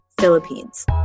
Philippines